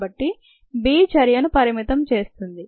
కాబట్టి B చర్యను పరిమితం చేస్తుంది